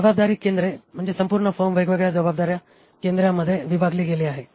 जबाबदारी केंद्र म्हणजे संपूर्ण फर्म वेगवेगळ्या जबाबदार्या केंद्रांमध्ये विभागली गेली आहे